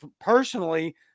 Personally